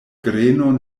grenon